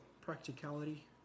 practicality